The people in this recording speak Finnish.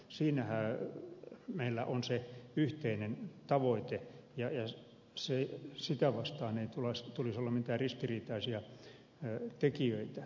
siinähän meillä on se yhteinen tavoite ja sitä vastaan ei tulisi olla mitään ristiriitaisia tekijöitä